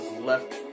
left